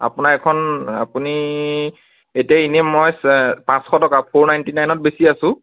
আপোনাৰ এইখন আপুনি এতিয়া এনে মই পাঁচশ টকা ফ'ৰ নাইণ্টি নাইনত বেচি আছোঁ